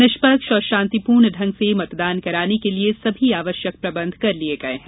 निष्पक्ष और शांतिपूर्ण ढंग से मतदान कराने के लिए सभी आवश्यक प्रबंध कर लिये गये हैं